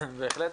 בהחלט.